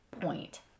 point